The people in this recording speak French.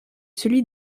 celui